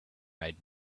made